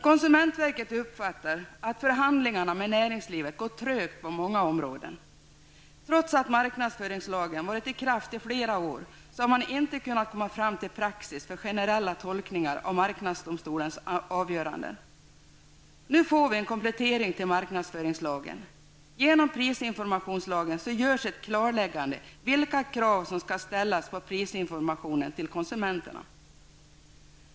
Konsumentverket uppfattar att förhandlingarna med näringslivet går trögt på många områden. Trots att marknadsföringslagen varit i kraft i flera år har man inte kunnat komma fram till praxis för generella tolkningar av marknadsdomstolens avgöranden. Nu får vi en komplettering till marknadsföringslagen. Genom prisinformationslagen görs ett klarläggande om vilka krav som skall ställas på prisinformationen till konsumenterna.